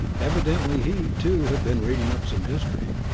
evidently he, too, had been reading up some history.